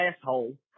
asshole